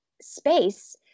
space